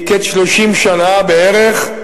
מקץ 30 שנה בערך,